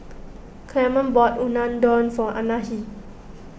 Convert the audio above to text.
Clemon bought Unadon for Anahi